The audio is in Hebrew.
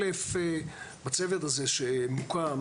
אל"ף, בצוות הזה שמוקם